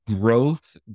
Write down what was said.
growth